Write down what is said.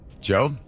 Joe